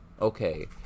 Okay